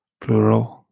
plural